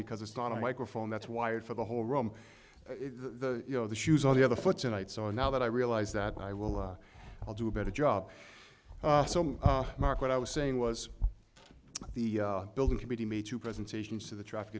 because it's not a microphone that's wired for the whole room you know the shoe's on the other foot tonight so now that i realize that i will i'll do a better job mark what i was saying was the building can be made to presentations to the traffic